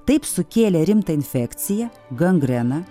taip sukėlė rimtą infekciją gangreną